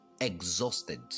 exhausted